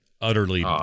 utterly